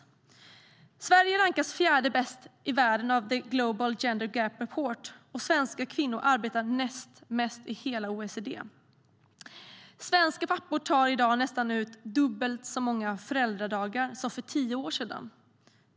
Sverige rankas som fjärde bästa land i världen av Global Gender Gap Report, och svenska kvinnor arbetar näst mest i hela OECD. Svenska pappor tar i dag ut nästan dubbelt så många föräldradagar som för tio år sedan.